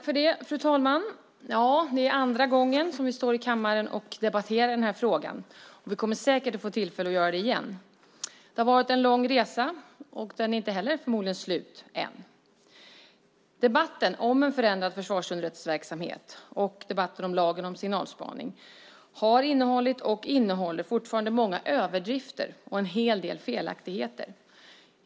Fru talman! Det är andra gången som vi står i kammaren och debatterar den här frågan, och vi kommer säkert att få tillfälle att göra det igen. Det har varit en lång resa, som förmodligen inte är slut än. Debatten om en förändrad försvarsunderrättelseverksamhet och om lagen om signalspaning har innehållit och innehåller många överdrifter och en hel del felaktigheter.